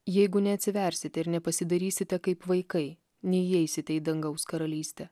jeigu neatsiversite ir nepasidarysite kaip vaikai neįeisite į dangaus karalystę